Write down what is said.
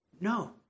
No